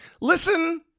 Listen